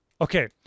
Okay